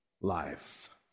life